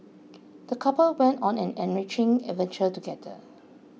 the couple went on an enriching adventure together